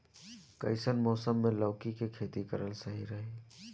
कइसन मौसम मे लौकी के खेती करल सही रही?